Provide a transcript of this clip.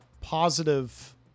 positive